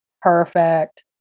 perfect